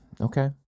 Okay